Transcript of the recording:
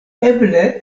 eble